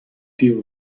pure